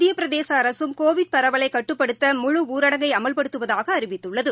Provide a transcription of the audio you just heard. மத்திய பிரதேச அரசும் கோவிட் பரவலைக் கட்டுப்படுத்த முழு ஊரடங்கை அமல்படுத்துவதாக அறிவித்துள்ளது